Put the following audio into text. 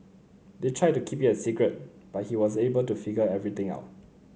they tried to keep it a secret but he was able to figure everything out